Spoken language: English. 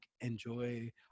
enjoy